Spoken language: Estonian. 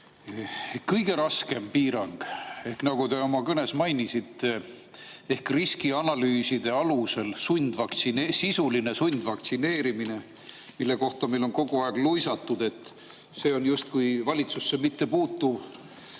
Kõige raskem piirang, nagu te oma kõnes mainisite, [on] riskianalüüside alusel sisuline sundvaktsineerimine, mille kohta meile on kogu aeg luisatud, et see on justkui valitsusse mittepuutuv.